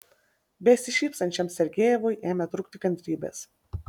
besišypsančiam sergejevui ėmė trūkti kantrybės